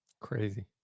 crazy